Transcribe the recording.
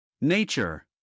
Nature